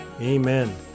Amen